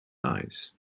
eyes